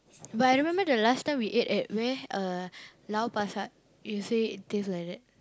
but I remember the last time we ate at where uh Lau-Pa-Sat you say it taste like that